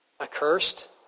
accursed